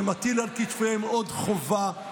זה מטיל על כתפיהם עוד חובה,